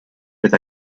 with